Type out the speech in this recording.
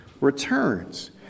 returns